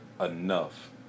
enough